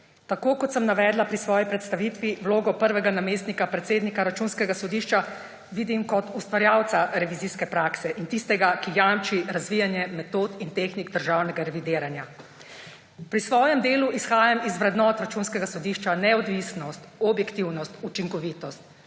Tako kot sem navedla pri svoji predstavitvi, vlogo prvega namestnika predsednika Računskega sodišča vidim kot ustvarjalca revizijske prakse in tistega, ki jamči razvijanje metod in tehnik državnega revidiranja. Pri svojem delu izhajam iz vrednot Računskega sodišča: neodvisnost, objektivnost, učinkovitost.